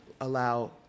allow